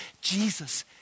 Jesus